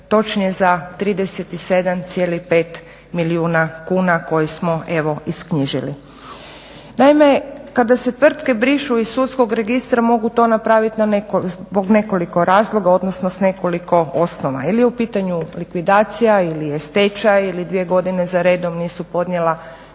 točnije za 37,5 milijuna kuna kojih smo, evo isknjižili? Naime kada se tvrtke brišu iz sudskog registra mogu to napraviti zbog nekoliko razloga odnosno s nekoliko osnova. Ili je u pitanju likvidacija ili je stečaj ili 2 godine za redom nisu podnijela